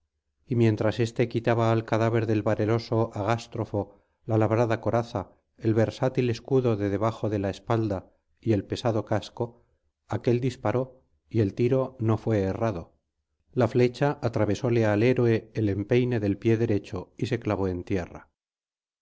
y mientras éste quitaba al cadáver del valeroso agástrofo la labrada coraza el versátil escudo de debajo de la espalda y el pesado casco aquél disparó y el tiro no fué errado la flecha atravesóle al héroe el empeine del pie derecho y se clavó en tierra